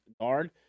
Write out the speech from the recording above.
guard